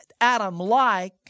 Adam-like